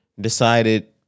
decided